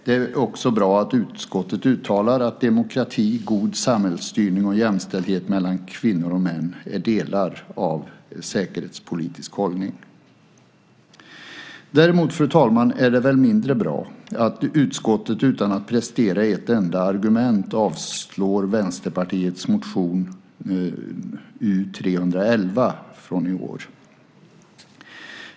Det är också bra att utskottet uttalar att demokrati, god samhällsstyrning och jämställdhet mellan kvinnor och män är delar av säkerhetspolitisk hållning. Däremot är det väl mindre bra, fru talman, att utskottet utan att prestera ett enda argument avstyrker Vänsterpartiets motion U311 från i år.